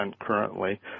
currently